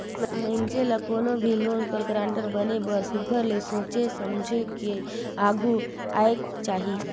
मइनसे ल कोनो भी लोन कर गारंटर बने बर सुग्घर ले सोंएच समुझ के आघु आएक चाही